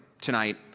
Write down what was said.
tonight